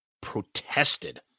Protested